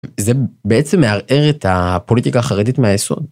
זה בעצם מערער את הפוליטיקה החרדית מהיסוד.